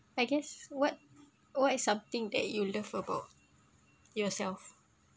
I guess what what is something that you love about yourself